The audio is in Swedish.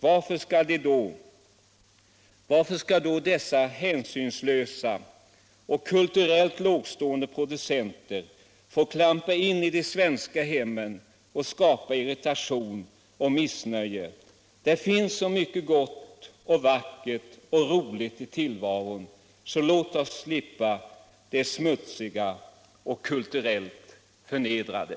Varför skall då dessa hänsynslösa och kulturellt lågtstående producenter få klampa in i de svenska hemmen och skapa irritation och missnöje? Det finns så mycket gott, vackert och roligt i tillvaron. Så låt oss slippa det smutsiga och kulturellt förnedrande.